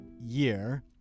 year